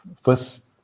first